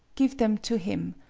give them to him.